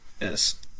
Yes